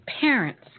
parents